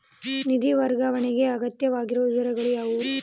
ನಿಧಿ ವರ್ಗಾವಣೆಗೆ ಅಗತ್ಯವಿರುವ ವಿವರಗಳು ಯಾವುವು?